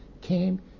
came